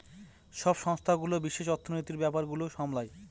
সব সংস্থাগুলো বিশেষ অর্থনীতির ব্যাপার গুলো সামলায়